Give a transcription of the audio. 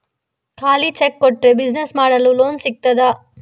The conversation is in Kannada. ಖಾಲಿ ಚೆಕ್ ಕೊಟ್ರೆ ಬಿಸಿನೆಸ್ ಮಾಡಲು ಲೋನ್ ಸಿಗ್ತದಾ?